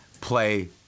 play